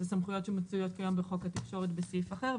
אלו סמכויות שמצויות כיום בחוק התקשורת בסעיף אחר,